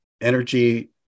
energy